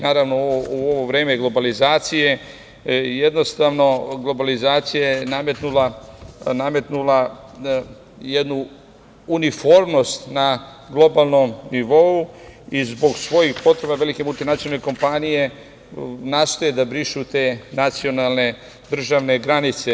Naravno, u ovo vreme globalizacije jednostavno globalizacija je nametnula jednu uniformnost na globalnom nivou i zbog svojih potreba velike multinacionalne kompanije nastoje da brišu te nacionalne, državne granice.